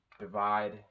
divide